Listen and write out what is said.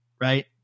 right